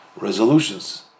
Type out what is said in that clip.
resolutions